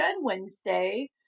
Wednesday